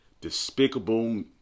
despicable